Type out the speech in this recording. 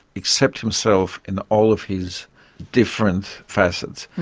accept himself in all of his different facets.